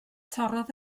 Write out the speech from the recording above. torrodd